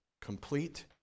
Complete